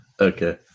Okay